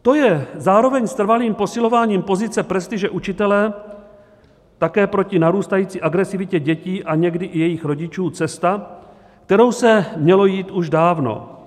To je zároveň s trvalým posilováním pozice prestiže učitele také proti narůstající agresivitě dětí a někdy i jejich rodičů cesta, kterou se mělo jít už dávno.